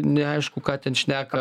neaišku ką ten šneka